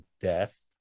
death